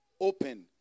Open